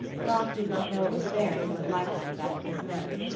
brock did not know it was there until it lighted on the back of his neck.